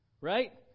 right